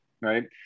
right